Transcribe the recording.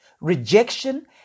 Rejection